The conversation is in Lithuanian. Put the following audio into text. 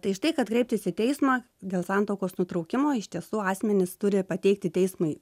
tai štai kad kreiptis į teismą dėl santuokos nutraukimo iš tiesų asmenys turi pateikti teismui